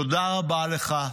תודה רבה לך.